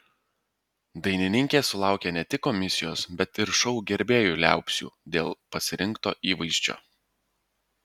dainininkė sulaukė ne tik komisijos bet ir šou gerbėjų liaupsių dėl pasirinkto įvaizdžio